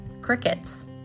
crickets